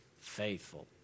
faithful